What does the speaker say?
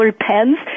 pens